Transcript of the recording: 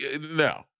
no